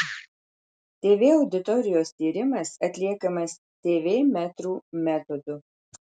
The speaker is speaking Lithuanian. tv auditorijos tyrimas atliekamas tv metrų metodu